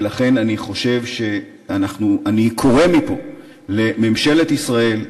ולכן אני קורא מפה לממשלת ישראל,